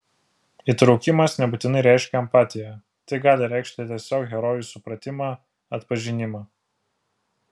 įtraukimas nebūtinai reiškia empatiją tai gali reikšti tiesiog herojų supratimą atpažinimą